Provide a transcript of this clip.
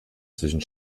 zwischen